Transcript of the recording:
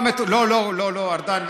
לא, לא, ארדן,